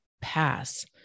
pass